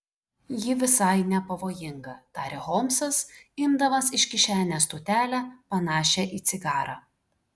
ji visai nepavojinga tarė holmsas imdamas iš kišenės tūtelę panašią į cigarą